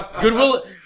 Goodwill